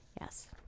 yes